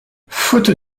faute